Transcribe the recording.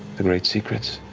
the great secrets.